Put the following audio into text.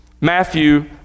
Matthew